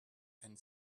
and